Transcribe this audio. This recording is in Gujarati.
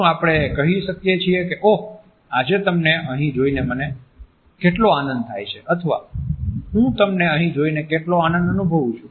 શું આપણે કહી શકીએ કે ઓહ આજે તમને અહીં જોઈને મને કેટલો આનંદ થાય છે અથવા હું તમને અહીં જોઈને કેટલો આનંદ અનુભવું છું